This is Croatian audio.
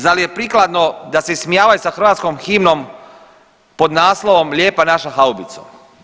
Zar je prikladno sa se ismijavaju sa hrvatskom himnom pod naslovom Lijepa naša haubico?